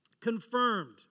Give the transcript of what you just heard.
Confirmed